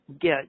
get –